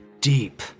deep